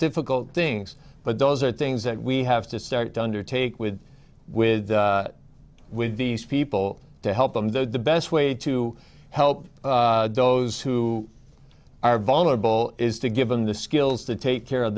difficult things but those are things that we have to start to undertake with with with these people to help them the best way to help those who are vulnerable is to give them the skills to take care of